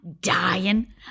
dying